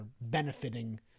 benefiting